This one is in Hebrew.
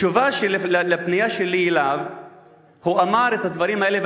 בתשובה על הפנייה שלי אליו הוא אמר את הדברים האלה,